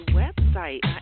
website